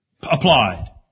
applied